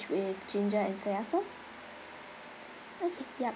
with ginger and soya sauce okay yup